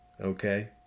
Okay